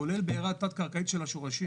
כולל בערה תת קרקעית של השורשים.